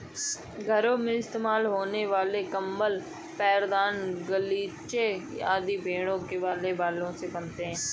घरों में इस्तेमाल होने वाले कंबल पैरदान गलीचे आदि भेड़ों के बालों से बनते हैं